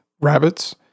rabbits